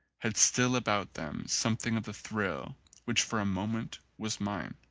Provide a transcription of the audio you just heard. had still about them something of the thrill which for a moment was mine.